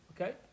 okay